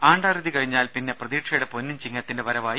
ആണ്ട് അറുതി കഴിഞ്ഞാൽ പിന്നെ പ്രതീക്ഷയുടെ പൊന്നിൻ ചിങ്ങത്തിന്റെ വരവായി